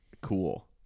Cool